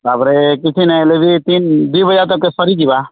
ତାପରେ କିଛି ନାଇଁ ଲେ ବି ତିନ ଦୁଇ ବଜା ତକେ ସରିଯିବା